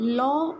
law